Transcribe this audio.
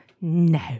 No